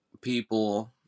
people